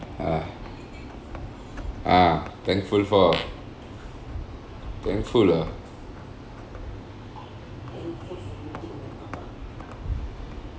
ah ah thankful for thankful ah